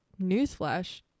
newsflash